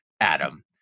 Adam